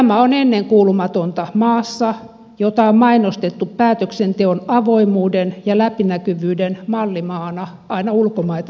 tämä on ennenkuulumatonta maassa jota on mainostettu päätöksenteon avoimuuden ja läpinäkyvyyden mallimaana aina ulkomaita myöten